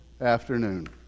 afternoon